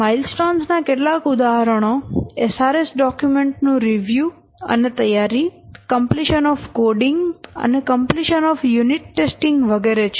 milestones ના કેટલાક ઉદાહરણો SRS ડોક્યુમેન્ટ નું રિવ્યુ અને તૈયારી કમ્પ્લીશન ઓફ કોડીંગ અને કમ્પ્લીશન ઓફ યુનિટ ટેસ્ટીંગ વગેરે છે